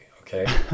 okay